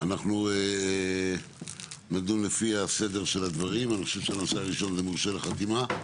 אנחנו נדון לפי הסדר של הדברים אני חושב שהנושא הראשון זה מורשה לחתימה.